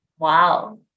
Wow